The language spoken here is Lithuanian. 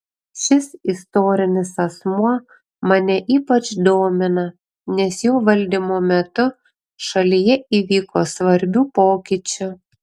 šis istorinis asmuo mane ypač domina nes jo valdymo metu šalyje įvyko svarbių pokyčių